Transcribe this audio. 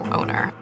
owner